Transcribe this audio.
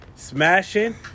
Smashing